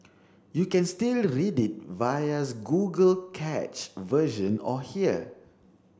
you can still read it vias Google cached version or here